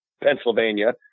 Pennsylvania